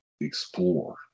explore